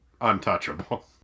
untouchable